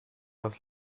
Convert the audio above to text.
was